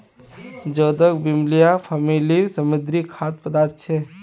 जोदाक बिब्लिया फॅमिलीर समुद्री खाद्य पदार्थ छे